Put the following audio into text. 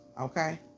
okay